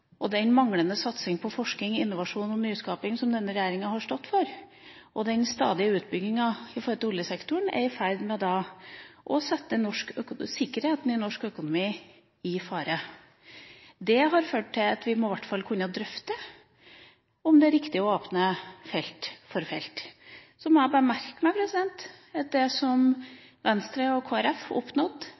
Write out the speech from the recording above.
økonomi. Den manglende satsinga på forskning, innovasjon og nyskaping som denne regjeringa har stått for, og den stadige utbygginga av oljesektoren er i ferd med å sette sikkerheten i norsk økonomi i fare. Det har ført til at vi i hvert fall må kunne drøfte om det er riktig å åpne felt etter felt. Jeg må bare merke meg at Venstre og